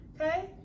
Okay